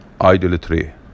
idolatry